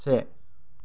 से